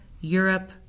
Europe